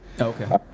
Okay